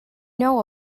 know